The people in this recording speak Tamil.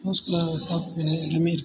மோஸ்ட்டாக சாப்பிட்ற எல்லாமே இருக்குது